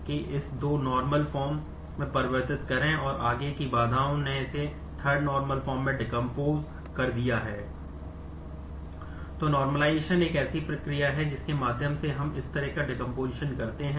तो नॉर्मलिज़शन में एक अच्छे सकारात्मक हैं